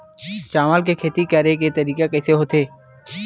चावल के खेती करेके तरीका कइसे होथे?